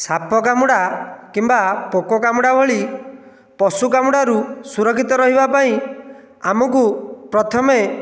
ସାପ କାମୁଡ଼ା କିମ୍ବା ପୋକ କାମୁଡ଼ା ଭଳି ପଶୁ କାମୁଡ଼ାରୁ ସୁରକ୍ଷିତ ରହିବା ପାଇଁ ଆମକୁ ପ୍ରଥମେ